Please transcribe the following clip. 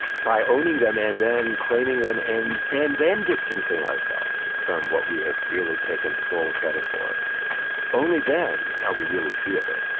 by owning them and then claiming them and and then distancing ourselves from what we have really taken full credit for only then are we really free of it